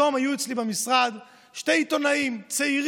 היום היו אצלי במשרד שני עיתונאים צעירים,